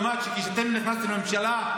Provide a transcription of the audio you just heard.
למרות שכשאתם נכנסתם לממשלה,